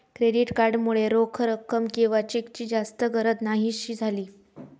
credit card मुळे रोख रक्कम किंवा चेकची जास्त गरज न्हाहीशी झाली